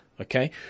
Okay